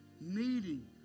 needing